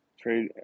Trade